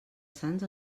sants